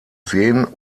seen